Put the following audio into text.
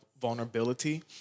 vulnerability